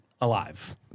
alive